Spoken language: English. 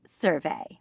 survey